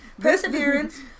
perseverance